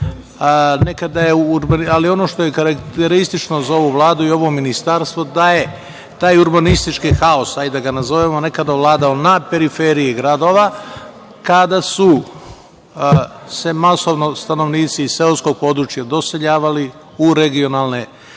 ono što je karakteristično za ovu Vladu i ovo Ministarstvo, da je taj urbanistički haos, hajde da ga tako nazovemo, nekada vladao na periferiji gradova, kada su se masovno stanovnici, iz seoskog područja doseljavali u regionalne